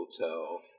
hotel